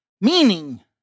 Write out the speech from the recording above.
meaning